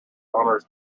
honours